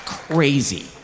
crazy